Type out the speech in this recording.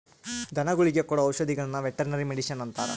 ಧನಗುಳಿಗೆ ಕೊಡೊ ಔಷದಿಗುಳ್ನ ವೆರ್ಟನರಿ ಮಡಿಷನ್ ಅಂತಾರ